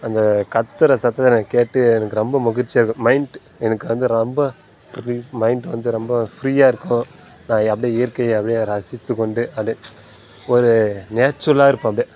அந்த கத்துற சத்தத்தை நான் கேட்டு எனக்கு ரொம்ப மகிழ்ச்சியாக இருக்கும் மைண்ட் எனக்கு வந்து ரொம்ப ஒரு மைண்ட் வந்து ரொம்ப ஃப்ரீயாக இருக்கும் நான் அப்படியே இயற்கையாகவே ரசித்துக்கொண்டே அப்படியே ஒரு நேச்சுரலாக இருப்பேன் அப்படியே